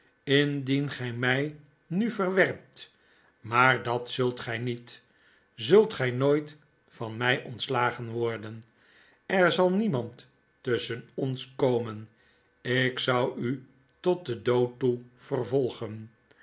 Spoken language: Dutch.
indien gy my nu verwerpt maar dat zult gy niet zult gy nooit van my ontslagen worden er zal niemand tusschen ons komen ik zou u tot den dood toe vervolgen